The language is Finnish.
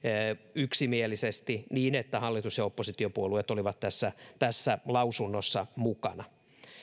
yksimielisesti niin että hallitus ja oppositiopuolueet olivat tässä lausunnossa mukana